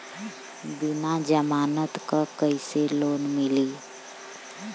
बिना जमानत क कइसे लोन मिली?